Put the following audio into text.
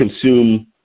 consume